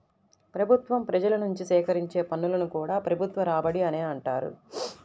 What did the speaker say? ప్రభుత్వం ప్రజల నుంచి సేకరించే పన్నులను కూడా ప్రభుత్వ రాబడి అనే అంటారు